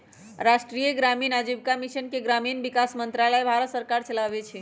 राष्ट्रीय ग्रामीण आजीविका मिशन के ग्रामीण विकास मंत्रालय भारत सरकार चलाबै छइ